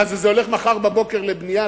מה, זה הולך מחר בבוקר לבנייה?